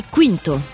Quinto